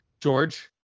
George